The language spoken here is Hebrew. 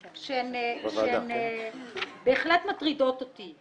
שהן בהחלט מטרידות אותי.